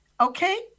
okay